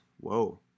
Whoa